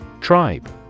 Tribe